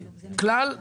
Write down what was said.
כלל יסוד.